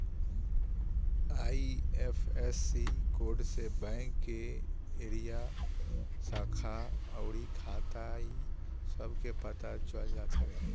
IFSC code से bank के area, शाखा अउरी खाता इ सब के पता चल जात हवे